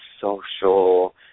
social